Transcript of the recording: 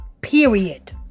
Period